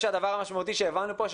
אני חושב שהדבר המשמעותי שהבנו פה,